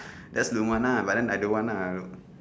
that's lukman ah but then I don't want ah